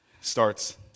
starts